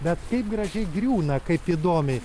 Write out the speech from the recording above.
bet kaip gražiai griūna kaip įdomiai